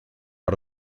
out